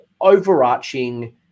overarching